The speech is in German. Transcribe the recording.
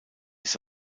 ist